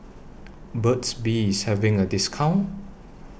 Burt's Bee IS having A discount